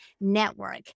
Network